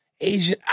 Asian